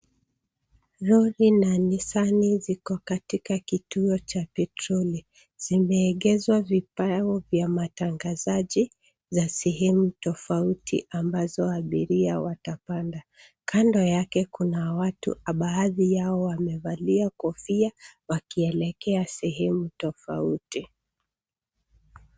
Roli na Nisani ziko katika kituo cha petroli, zimeegezwa vibao vya matangazo za sehemu tofauti ambazo abiria watapanda, kando yake kuna watu baadhi yao wamevalia kofia wakielekea sehemu tofauti.